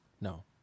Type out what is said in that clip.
no